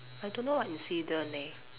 I don't know what incident leh